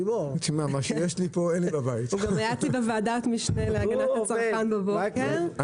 היה אצלי בוועדת משנה להגנת הצרכן בבוקר.